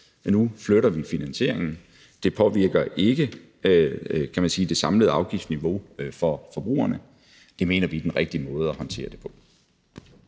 men nu flytter vi finansieringen, og det påvirker ikke det samlede afgiftsniveau for forbrugerne. Det mener vi er den rigtige måde at håndtere det på.